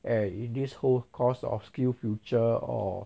and in this whole course of Skillsfuture or